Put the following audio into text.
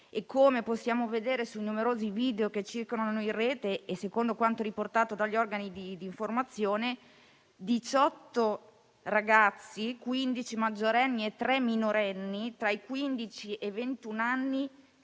Come possiamo vedere sui numerosi video che circolano in rete e secondo quanto riportato dagli organi di informazione, 18 ragazzi, 15 maggiorenni e tre minorenni, tra i quindici e i